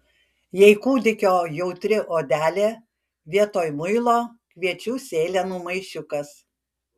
jei kūdikio jautri odelė vietoj muilo kviečių sėlenų maišiukas